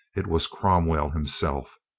it was cromwell himself.